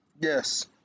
Yes